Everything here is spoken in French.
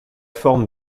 forme